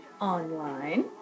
Online